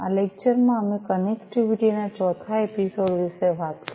આ લેક્ચરમાં અમે કનેક્ટિવિટી ના 4થા એપિસોડ વિશે વાત કરી